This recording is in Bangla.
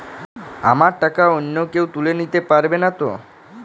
আমার টাকা অন্য কেউ তুলে নিতে পারবে নাতো?